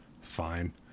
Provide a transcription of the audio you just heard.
fine